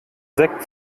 sekt